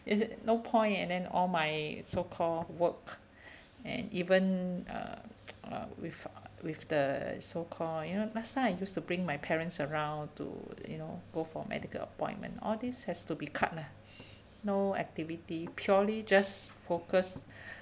no point and then all my so called work and even uh uh with with the so called you know last time use to bring my parents around to you know go for medical appointment all this has to be cut lah no activity purely just focus